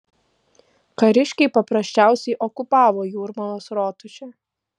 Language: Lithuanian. kariškiai paprasčiausiai okupavo jūrmalos rotušę